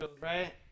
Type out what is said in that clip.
Right